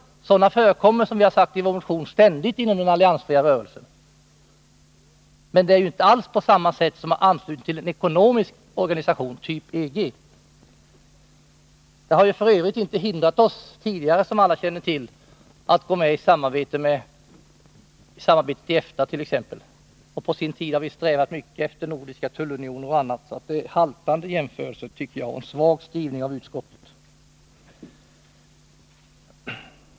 Sådana förekommer, som vi har sagt i vår motion, ständigt inom den alliansfria rörelsen. Det är ju inte alls samma sak som en anslutning till en ekonomisk organisation, typ EG. Som alla känner till har vi inte tidigare känt oss förhindrade att gå med i samarbetet i t.ex. EFTA. På sin tid har vi strävat mycket efter nordiska tullunioner. Jag tycker att det är haltande jämförelser och en svag skrivning som gjorts av utskottet.